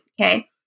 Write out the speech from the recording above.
Okay